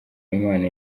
imana